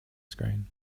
screen